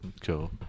Cool